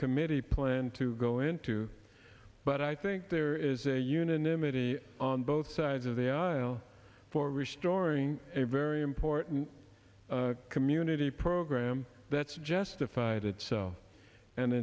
committee plan to go into but i think there is a unanimity on both sides of the aisle for restoring a very important community program that's justified it's so and